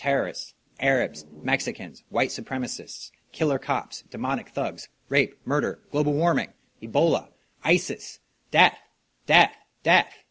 terrorists arabs mexicans white supremacists killer cops demonic thugs rape murder global warming the bowl of ice is that that that